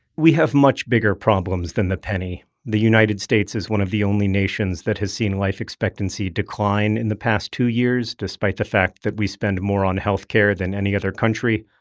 we have much bigger problems than the penny the united states is one of the only nations that has seen life expectancy decline in the past two years, despite the fact that we spend more on healthcare than any other country.